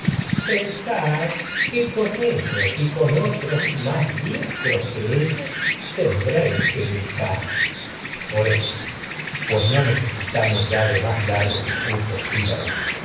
los esperáis pensad ellos con otros más diestros que ellos tendréis ya que luchar largos orestes pues no necesitamos de más discursos pilades